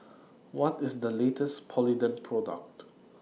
What IS The latest Polident Product